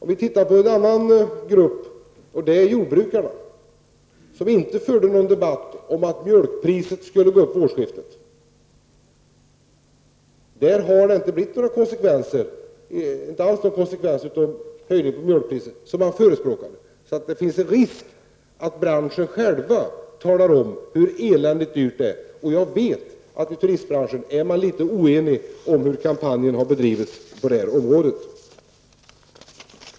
Ser vi på gruppen jordbrukare som inte förde någon debatt om att mjölkpriset skulle stiga vid årsskiftet, finner vi att det där inte alls har blivit de konsekvenser som man fruktade. Det finns alltså en risk när branschen själv talar om hur eländigt dyrt det är. Inom turistbranschen är man litet oenig om hur kampanjen har bedrivits på det området.